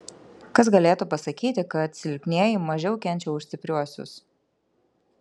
kas galėtų pasakyti kad silpnieji mažiau kenčia už stipriuosius